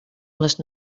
les